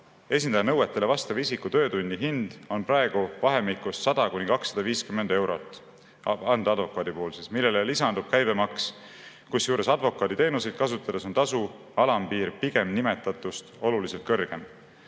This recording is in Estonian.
esindaja nõuetele vastava isiku töötunni hind on praegu vahemikus 100–250 eurot, vandeadvokaadi puhul siis, millele lisandub käibemaks. Kusjuures advokaaditeenuseid kasutades on tasu alampiir pigem nimetatust oluliselt kõrgem